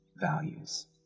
values